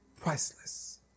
priceless